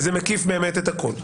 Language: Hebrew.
זה מקיף הכול.